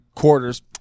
quarters